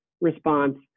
response